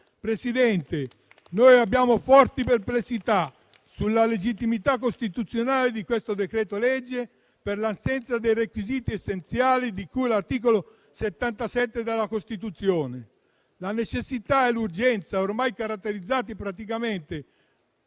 Presidente, noi abbiamo forti perplessità sulla legittimità costituzionale di questo decreto-legge, per l'assenza dei requisiti essenziali di cui all'articolo 77 della Costituzione. La necessità e l'urgenza, ormai caratterizzanti praticamente